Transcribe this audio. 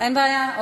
אין בעיה.